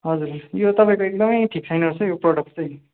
हजुर यो तपाईँको यो एकदमै ठिक छैन रहेछ हो यो प्रडक्ट चाहिँ